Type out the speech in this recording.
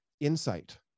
insight